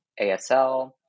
asl